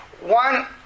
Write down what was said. One